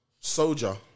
Soldier